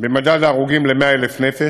במדד ההרוגים ל-100,000 נפש,